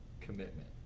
commitment